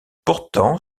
pourtant